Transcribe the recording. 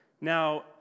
now